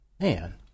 man